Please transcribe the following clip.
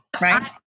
right